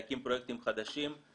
להקים פרויקטים חדשים,